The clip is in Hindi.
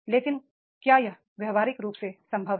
लेकिन क्या यह व्यावहारिक रूप से संभव है